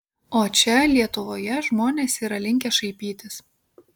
o čia lietuvoje žmonės yra linkę šaipytis